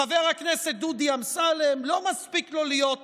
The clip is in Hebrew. חבר הכנסת